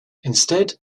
instead